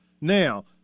Now